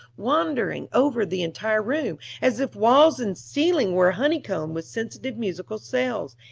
wandering over the entire room, as if walls and ceiling were honey-combed with sensitive musical cells,